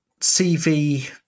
CV